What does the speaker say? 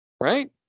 Right